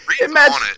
Imagine